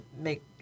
make